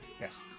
Yes